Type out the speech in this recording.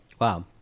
Wow